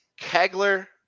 kegler